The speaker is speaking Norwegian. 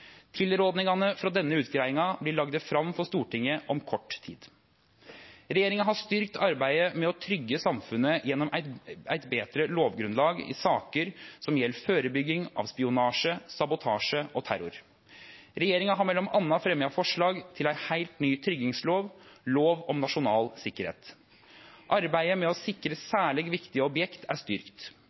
frå denne utgreiinga vert lagde fram for Stortinget om kort tid. Regjeringa har styrkt arbeidet med å tryggje samfunnet gjennom eit betre lovgrunnlag i saker som gjeld førebygging av spionasje, sabotasje og terror. Regjeringa har m.a. fremja forslag til ei heilt ny tryggingslov, lov om nasjonal sikkerhet. Arbeidet med å sikre særleg viktige objekt er styrkt.